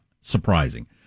surprising